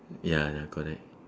ya ya correct